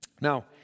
Now